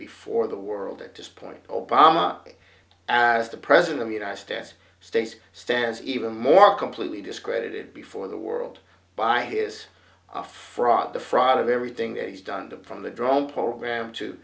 before the world at this point obama as the president of united states states stands even more completely discredited before the world by his fraud the fraud of everything that he's done to from the drone program to